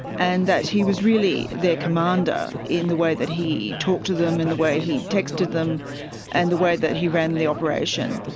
and that he was really their commander in the way that he talked to them and the way he texted them and the way that he ran the operation.